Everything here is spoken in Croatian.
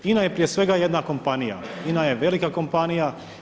INA je prije svega jedna kompanija, INA je velika kompanija.